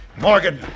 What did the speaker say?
Morgan